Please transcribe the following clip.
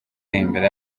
imbere